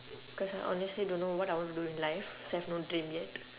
cause I honestly don't know what I want to do in life so I've no dream yet